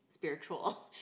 spiritual